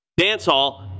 dancehall